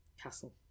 Castle